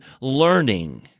learning